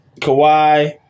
Kawhi